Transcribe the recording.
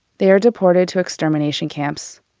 they are deported to extermination camps.